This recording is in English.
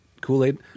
Kool-Aid